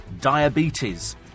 diabetes